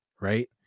right